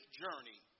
journey